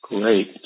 Great